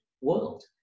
world